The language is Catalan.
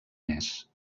més